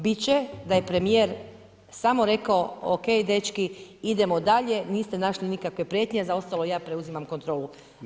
Bit će da je premijer samo rekao ok dečki, idemo dalje, niste našli nikakve prijetnje, za ostalo ja preuzimam kontrolu.